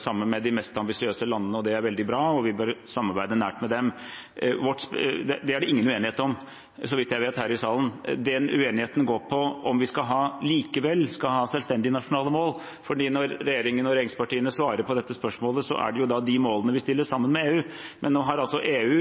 sammen med de mest ambisiøse landene. Det er veldig bra, og vi bør samarbeide nært med dem. Det er det ingen uenighet om, så vidt jeg vet, her i salen. Uenigheten går på om vi likevel skal ha selvstendige nasjonale mål, for når regjeringen og regjeringspartiene svarer på dette spørsmålet, er det de målene vi setter oss sammen med EU. Men nå har EU